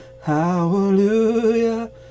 hallelujah